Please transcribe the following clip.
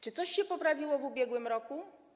Czy coś się poprawiło w ubiegłym roku?